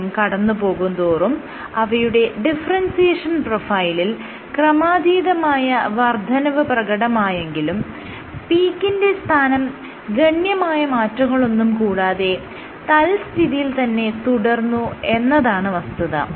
സമയം കടന്ന് പോകുംതോറും അവയുടെ ഡിഫറെൻസിയേഷൻ പ്രൊഫൈലിൽ ക്രമാധീതമായ വർദ്ധനവ് പ്രകടമായെങ്കിലും പീക്കിന്റെ സ്ഥാനം ഗണ്യമായ മാറ്റങ്ങളൊന്നും കൂടാതെ തത്സ്ഥിതിയിൽ തന്നെ തുടർന്നു എന്നതാണ് വസ്തുത